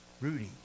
Rudy